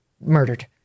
murdered